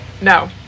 No